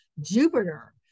Jupiter